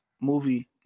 movie